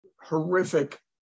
horrific